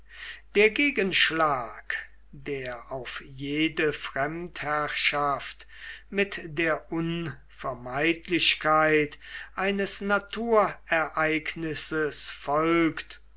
der gegenschlag der auf jede fremdherrschaft mit der unvermeidlichkeit eines naturereignisses folgt